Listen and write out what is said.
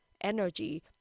energy